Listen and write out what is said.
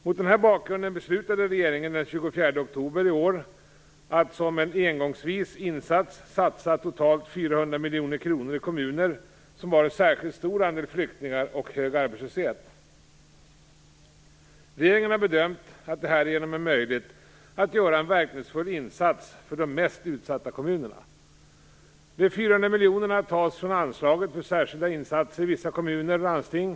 Mot den här bakgrunden beslutade regeringen den 24 oktober i år att som en engångsvis insats satsa totalt 400 miljoner kronor i kommuner som har en särskilt stor andel flyktingar och hög arbetslöshet. Regeringen har bedömt att det härigenom är möjligt att göra en verkningsfull insats för de mest utsatta kommunerna. De 400 miljonerna tas från anslaget för särskilda insatser i vissa kommuner och landsting.